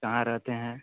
कहाँ रहते हैं